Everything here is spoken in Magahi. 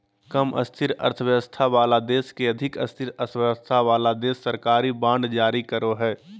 कम स्थिर अर्थव्यवस्था वाला देश के अधिक स्थिर अर्थव्यवस्था वाला देश सरकारी बांड जारी करो हय